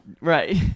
Right